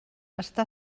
està